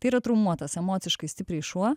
tai yra traumuotas emociškai stipriai šuo